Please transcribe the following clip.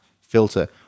filter